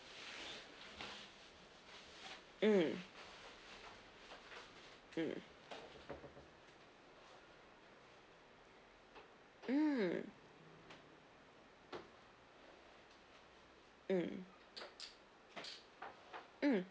mm mm mm mm mm